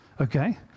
Okay